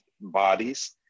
bodies